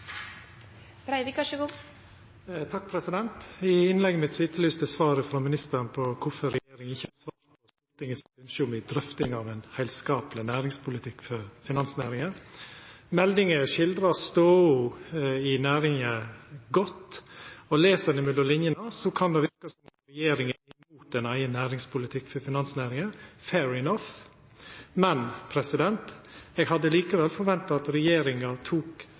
I innlegget mitt etterlyste eg svar frå ministeren på kvifor regjeringa ikkje vil svara på Stortingets vedtak om drøfting av ein heilskapleg næringspolitikk for finansnæringa. Stoda i næringa vert godt skildra i meldinga, og les ein mellom linjene, kan det verke som om regjeringa er imot ein eigen næringspolitikk for finansnæringa. Fair enough – men eg hadde likevel forventa at regjeringa tok